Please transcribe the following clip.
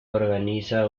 organiza